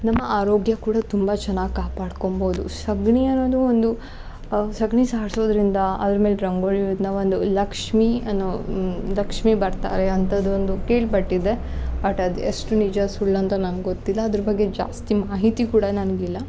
ನಮ್ಮ ಆರೋಗ್ಯ ಕೂಡ ತುಂಬ ಚೆನ್ನಾಗಿ ಕಾಪಾಡ್ಕೊಂಬೌದು ಸಗಣಿ ಅನ್ನೋದು ಒಂದು ಸಗ್ಣಿ ಸಾರ್ಸೋದ್ರಿಂದ ಅದ್ರ ಮೇಲೆ ರಂಗೋಲಿ ಇದ್ನ ಒಂದು ಲಕ್ಷ್ಮಿ ಅನ್ನೋ ಲಕ್ಷ್ಮಿ ಬರ್ತಾರೆ ಅಂಥದ್ದು ಒಂದು ಕೇಳ್ಪಟ್ಟಿದೆ ಬಟ್ ಅದು ಎಷ್ಟು ನಿಜ ಸುಳ್ಳು ಅಂತ ನಂಗೆ ಗೊತ್ತಿಲ್ಲ ಅದ್ರ ಬಗ್ಗೆ ಜಾಸ್ತಿ ಮಾಹಿತಿ ಕೂಡ ನನ್ಗೆ ಇಲ್ಲ